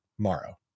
Morrow